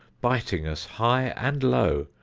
biting us high and low,